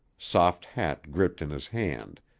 soft hat gripped in his hand,